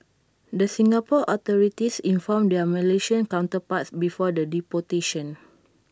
the Singapore authorities informed their Malaysian counterparts before the deportation